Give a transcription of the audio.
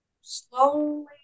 slowly